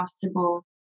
possible